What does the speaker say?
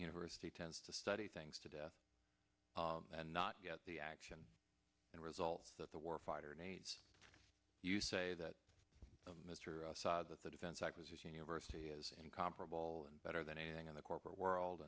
university tends to study things to death and not get the action and results that the warfighter unaids you say that of mr assad that the defense acquisition university is incomparable and better than anything in the corporate world